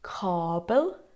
Kabel